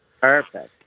perfect